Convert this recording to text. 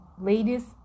ladies